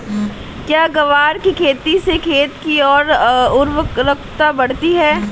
क्या ग्वार की खेती से खेत की ओर उर्वरकता बढ़ती है?